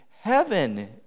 heaven